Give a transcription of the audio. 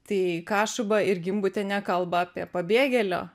tai kašuba ir gimbutienė kalba apie pabėgėlio